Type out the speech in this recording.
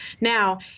Now